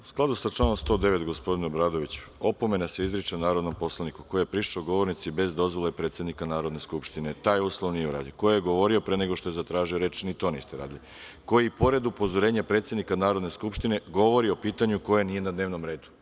U skladu sa članom 109, gospodine Obradoviću, opomena se izriče narodnom poslaniku koji je prišao govornici bez dozvole predsednika Narodne skupštine, taj uslov nije uradio, koji je govorio pre nego što je zatražio reč, ni to niste radili, koji pored upozorenja predsednika Narodne skupštine govori o pitanju koje nije na dnevnom redu.